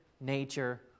nature